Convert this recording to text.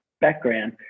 background